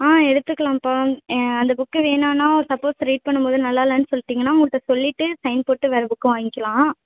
ஆ எடுத்துக்கலாம்ப்பா அந்த புக்கு வேணாம்ன்னா சப்போஸ் ரீட் பண்ணும்போது நல்லாயில்லன்னு சொல்லிட்டீங்கன்னா அவங்கள்ட்ட சொல்லிவிட்டு சைன் போட்டு வேறு புக் வாங்கிக்கிலாம்